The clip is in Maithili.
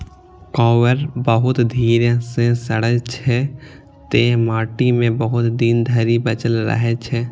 कॉयर बहुत धीरे सं सड़ै छै, तें माटि मे ई बहुत दिन धरि बचल रहै छै